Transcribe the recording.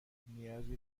نیازی